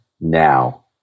now